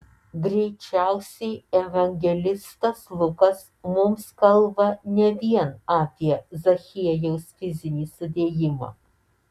greičiausiai evangelistas lukas mums kalba ne vien apie zachiejaus fizinį sudėjimą